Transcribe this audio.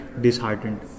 disheartened